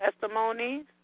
Testimonies